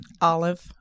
Olive